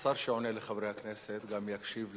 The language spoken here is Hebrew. שהשר שעונה לחברי הכנסת גם יקשיב להם,